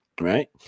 Right